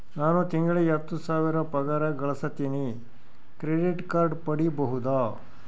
ನಾನು ತಿಂಗಳಿಗೆ ಹತ್ತು ಸಾವಿರ ಪಗಾರ ಗಳಸತಿನಿ ಕ್ರೆಡಿಟ್ ಕಾರ್ಡ್ ಪಡಿಬಹುದಾ?